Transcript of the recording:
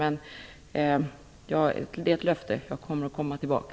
Det är ett löfte. Jag kommer tillbaka.